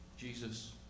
Jesus